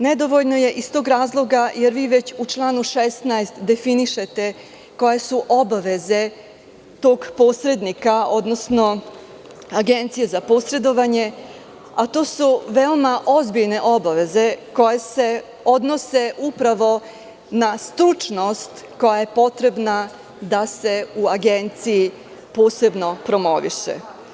Nedovoljno je iz tog razloga jer vi već u članu 16. definišete koje su obaveze tog posrednika, odnosno Agencije za posredovanje, a to su veoma ozbiljne obaveze koje se odnose upravo na stručnost koja je potrebna da se u Agenciji posebno promoviše.